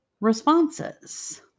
responses